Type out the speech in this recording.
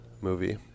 movie